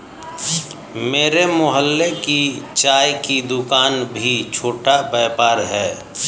मेरे मोहल्ले की चाय की दूकान भी छोटा व्यापार है